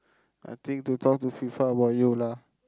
nothing to talk to FIFA about you lah